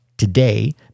today